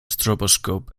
stroboscope